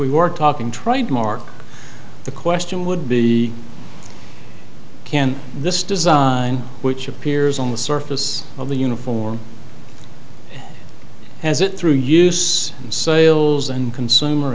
we were talking try and mark the question would be can this design which appears on the surface of the uniform as it through use in sales and consumer